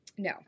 No